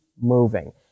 moving